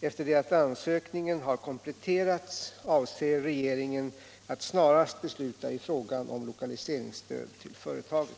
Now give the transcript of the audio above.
Efter det att ansökningen har kompletterats avser regeringen att snarast besluta i frågan om lokaliseringsstöd till företaget.